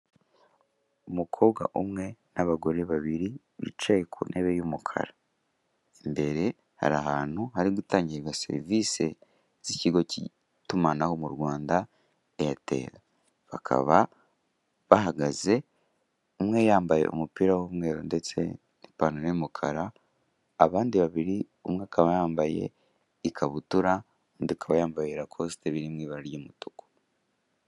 Umukobwa umwe n'abagore babiri bicaye ku ntebe y'umukara imbere hari ahantu hari gutangirwa serivise z'ikigo k'itumanaho mu Rwanda eyateli, bakaba bahagaze umwe yambaye umupira w'umweru ndetse n'ipantalo y'umukara, abandi babiri umwe akaba yambaye ikabutura undi akaba yambaye rakositi iri mu ibara ry'umutuku.